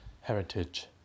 heritage